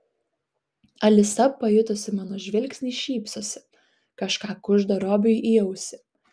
alisa pajutusi mano žvilgsnį šypsosi kažką kužda robiui į ausį